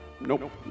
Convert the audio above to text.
Nope